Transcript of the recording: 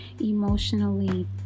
emotionally